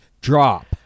drop